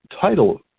title